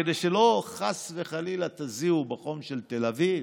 כדי שחס וחלילה לא תזיעו בחום של תל אביב